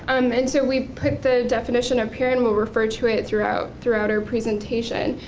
um and so we put the definition up here and will refer to it throughout throughout our presentation,